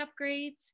upgrades